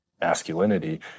masculinity